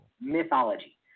mythology